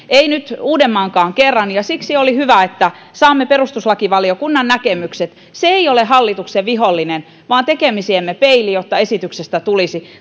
ei nyt uudemmankaan kerran ja siksi oli hyvä että saamme perustuslakivaliokunnan näkemykset se ei ole hallituksen vihollinen vaan tekemisiemme peili jotta esityksestä tulisi